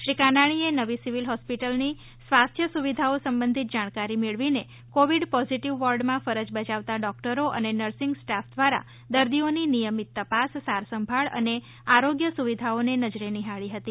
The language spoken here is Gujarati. શ્રી કાનાણીએ નવી સિવિલ હોસ્પિટલની સ્વાસ્થ્ય સુવિધાઓ સંબંધી જાણકારી મેળવીને કોવિડ પોઝિટીવ વોર્ડમાં ફરજ બજાવતાં ડોકટરો અને નર્સિંગ સ્ટાફ દ્વારા દર્દીઓની નિયમિત તપાસ સારસંભાળ અને આરોગ્ય સુવિધાઓને નજરે નિહાળી હતી